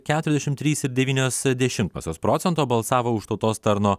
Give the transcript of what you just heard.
keturiasdešim trys ir devynios dešimtosios procento balsavo už tautos tarno